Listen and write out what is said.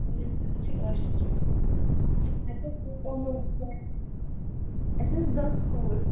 اَسہِ ٲس دَہ سوٗٹ